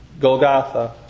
Golgotha